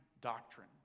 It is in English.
doctrine